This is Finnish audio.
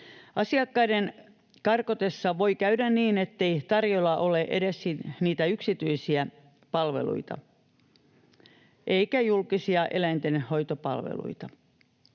Asiakkaiden karkotessa voi käydä niin, ettei tarjolla ole edes niitä yksityisiä palveluita eikä julkisia eläintenhoitopalveluita.